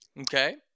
Okay